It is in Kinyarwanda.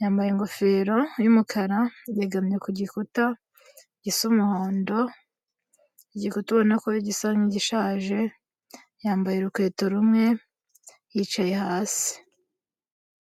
yambaye ingofero y'umukara, yegamye ku gikuta gisa umuhondo, igikuta ubona ko gisa nk'igishaje, yambaye urukweto rumwe, yicaye hasi.